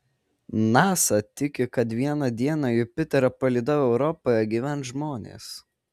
nasa tiki kad vieną dieną jupiterio palydove europoje gyvens žmonės